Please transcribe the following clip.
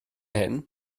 hyn